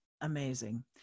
amazing